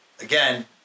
again